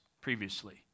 previously